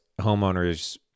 homeowners